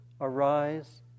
arise